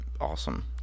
awesome